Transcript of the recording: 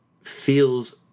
feels